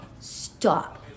Stop